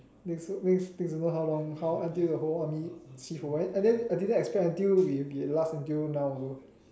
next next next don't know how long how until the whole army free from where and then I didn't expect I'm to we'll be last until now also